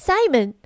Simon